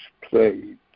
played